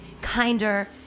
kinder